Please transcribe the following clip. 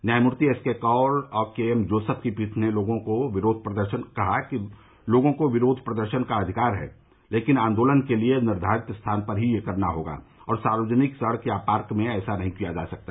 न्यायमूर्ति S K Kaul और K M Joseph की पीठ ने कहा कि लोगों को विरोध प्रदर्शन करने का अधिकार है लेकिन आन्दोलन के लिए निर्धारित स्थान पर ही यह करना होगा और सार्वजनिक सड़क या पार्क में ऐसा नहीं किया जा सकता